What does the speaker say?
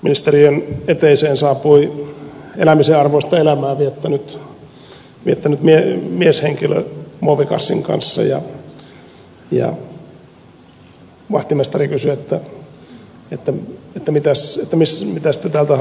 ministeriön eteiseen saapui elämisen arvoista elämää viettänyt mieshenkilö muovikassin kanssa ja vahtimestari kysyi mitäs te täältä haluatte